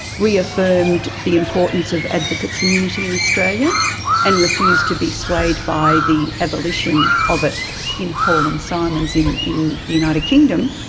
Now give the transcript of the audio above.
reaffirmed the importance of advocates' immunity in australia and refused to be swayed by the abolition of it in hall and simons in in the united kingdom,